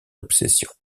obsession